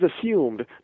assumed